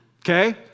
Okay